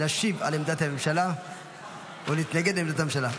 להשיב על עמדת הממשלה או להתנגד לעמדת הממשלה.